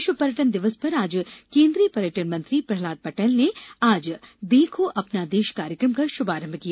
विश्व पर्यटन दिवस पर आज केन्द्रीय पर्यटन मंत्री प्रहलाद पटेल ने आज देखो अपना देश कार्यकम का शुभारंभ किया